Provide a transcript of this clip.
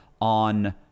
on